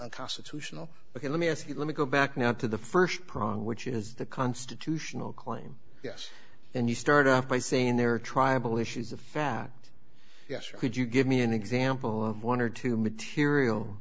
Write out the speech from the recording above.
unconstitutional ok let me ask you let me go back now to the st prong which is the constitutional claim yes and you start off by saying there are tribal issues of fact yes or could you give me an example of one or two material